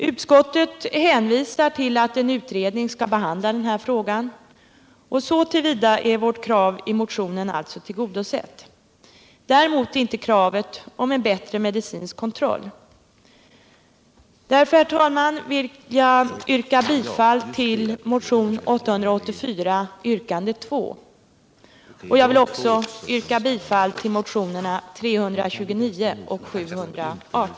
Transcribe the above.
Utskottet hänvisar till att en utredning skall behandla den här frågan, och så till vida är vårt krav i motionen alltså tillgodosett. Däremot är inte kravet på en bättre medicinsk kontroll uppfyllt. Därför, herr talman, vill jag yrka bifall till motionen 884, yrkande 2, och jag vill också yrka bifall till motionerna 329 och 718.